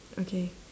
okay